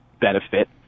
benefit